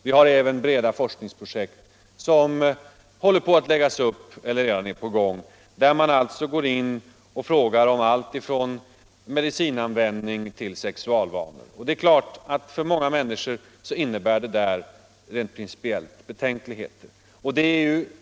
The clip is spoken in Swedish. Vi har även breda forskningsprojekt som håller på att läggas upp eller redan är på gång, där man frågar om allt från medicinanvändning till sexualvanor. Det är klart att detta för många människor är principiellt betänkligt.